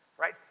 Right